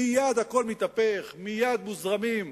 מייד הכול מתהפך, מייד מוזרמים,